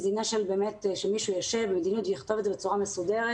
כי זה עניין שמישהו יישב ויכתוב את המדיניות בצורה מסודרת.